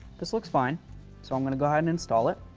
this looks fine so i'm going to go ahead and install it.